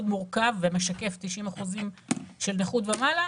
מורכב ומשקף 90 אחוזים של נכות ומעלה,